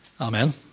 Amen